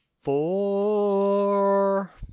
four